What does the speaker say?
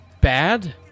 bad